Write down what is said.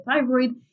thyroid